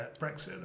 Brexit